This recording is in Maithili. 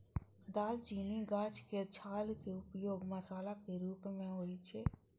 दालचीनी गाछक छाल के उपयोग मसाला के रूप मे होइ छै